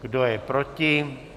Kdo je proti?